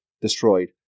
destroyed